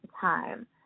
Time